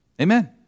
Amen